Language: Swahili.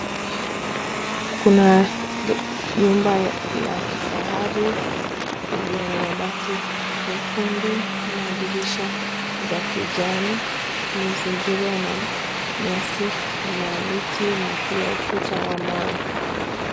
Kuna nyumba la kifahari iliyo na mabati nyekundu na dirisha za kijani, imezingirwa na nyasi na miti na pia ukuta wa mawe.